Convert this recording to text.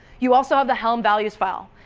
you also have the helm value file.